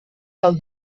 del